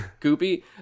goopy